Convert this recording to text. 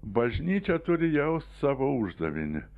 bažnyčia turi jau savo uždavinį